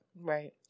Right